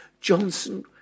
Johnson